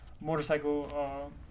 motorcycle